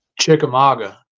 Chickamauga